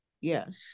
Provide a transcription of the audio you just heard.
Yes